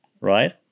right